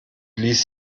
ließ